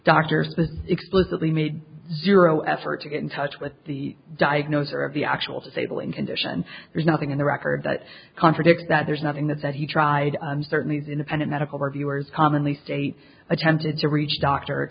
doctor says explicitly made zero effort to get in touch with the diagnosis or of the actual stabling condition there's nothing in the record that contradicts that there's nothing that that he tried and certainly the independent medical reviewers commonly state attempted to reach d